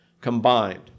combined